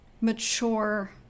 mature